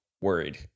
worried